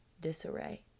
disarray